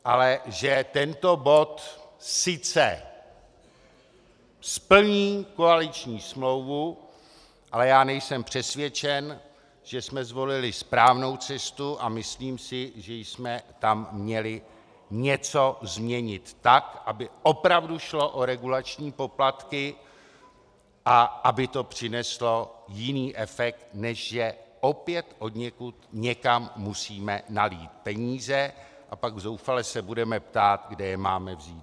Ale že tento bod sice splní koaliční smlouvu, ale já nejsem přesvědčen, že jsme zvolili správnou cestu, a myslím si, že jsme tam měli něco změnit tak, aby opravdu šlo o regulační poplatky a aby to přineslo jiný efekt, než že opět odněkud někam musíme nalít peníze, a pak se zoufale budeme ptát, kde je máme vzít.